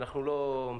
אנחנו לא מסמנים,